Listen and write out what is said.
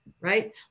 Right